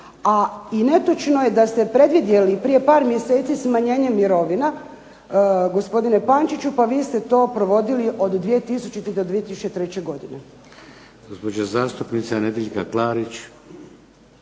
A i netočno je da ste predvidjeli prije par mjeseci smanjenje mirovina, gospodine Pančiću pa vi ste to provodili od 2000. do 2003. godine.